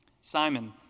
Simon